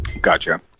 Gotcha